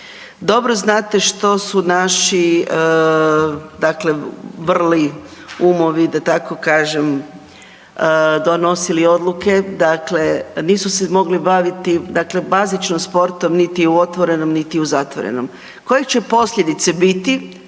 Dobro znate što su naši dakle vrli umovi da tako kažem donosili odluke dakle, nisu se mogli baviti dakle bazično sportom niti u otvorenom, niti u zatvorenom. Koje će posljedice biti